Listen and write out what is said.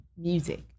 music